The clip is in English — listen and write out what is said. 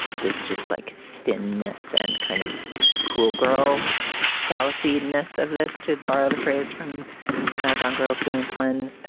this just like thinness and kind of cool girl fallacy ness of this, to borrow the phrase from gone girls, gillian flynn